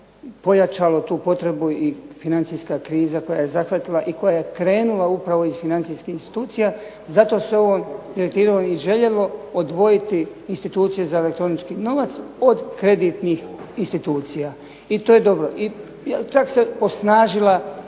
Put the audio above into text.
pojačalo tu potrebu i financijska kriza koja je zahvatila i koja je krenula upravo iz financijskih institucija. Zato se ovom direktivom i željelo odvojiti institucije za elektronički novac od kreditnih institucija i to je dobro. Čak se posnažila